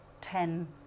ten